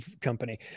company